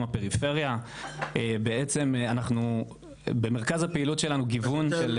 הפריפריה ובעצם במרכז הפעילות שלנו יש גיוון.